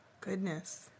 Goodness